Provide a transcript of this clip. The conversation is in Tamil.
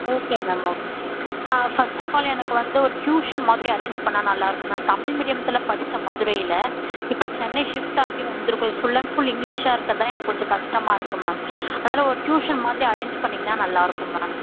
okay ma'am okay ah first of all எனக்கு வந்து ஒரு ட்யூஷன் மாதிரி அரேஞ்ச் பண்ணிணா நல்லாயிருக்கும் நான் தமிழ் மீடியத்துல படித்தேன் மதுரையில் இப்போ சென்னை ஷிஃப்ட் ஆகி வந்திருக்கோம் இது ஃபுல் அண்ட் ஃபுல் இங்கிலீஷாக இருக்கிறது தான் எனக்கு கொஞ்சம் கஷ்டமா இருக்குது மேம் அதனால் ஒரு ட்யூஷன் மாதிரி அரேஞ்ச் பண்ணிங்கன்னால் நல்லாயிருக்கும் மேம்